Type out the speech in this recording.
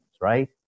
right